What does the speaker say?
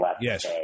Yes